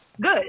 good